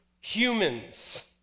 humans